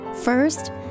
First